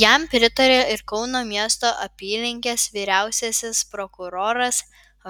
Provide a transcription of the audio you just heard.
jam pritarė ir kauno miesto apylinkės vyriausiasis prokuroras